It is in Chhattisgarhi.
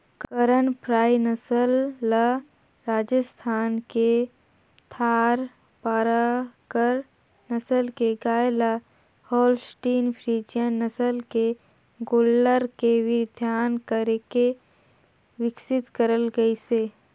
करन फ्राई नसल ल राजस्थान के थारपारकर नसल के गाय ल होल्सटीन फ्रीजियन नसल के गोल्लर के वीर्यधान करके बिकसित करल गईसे